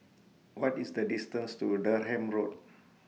What IS The distance to Durham Road